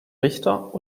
richter